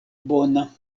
bona